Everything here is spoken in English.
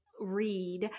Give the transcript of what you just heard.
read